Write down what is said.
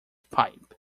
pipe